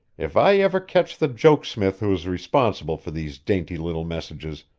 if i ever catch the jokesmith who is responsible for these dainty little messages,